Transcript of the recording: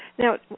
Now